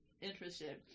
interested